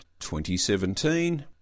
2017